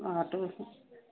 auto हाँ